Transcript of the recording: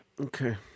Okay